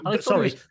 Sorry